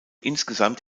insgesamt